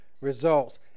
results